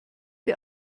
die